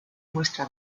muestra